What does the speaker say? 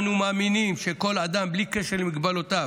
אנו מאמינים שכל אדם, בלי קשר למגבלותיו,